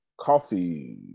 Coffee